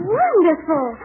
wonderful